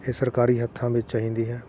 ਇਹ ਸਰਕਾਰੀ ਹੱਥਾਂ ਵਿੱਚ ਚਾਹੀਦੀ ਹੈ